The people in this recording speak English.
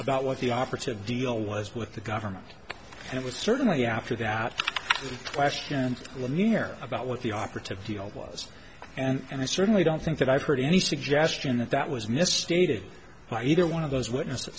about what the operative deal was with the government and it was certainly after that question and let me hear about what the operative deal was and i certainly don't think that i've heard any suggestion that that was misstated by either one of those witnesse